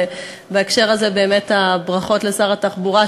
ובהקשר הזה באמת הברכות לשר התחבורה,